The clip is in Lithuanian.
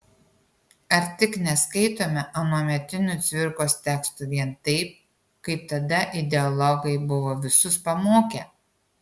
ar tik neskaitome anuometinių cvirkos tekstų vien taip kaip tada ideologai buvo visus pamokę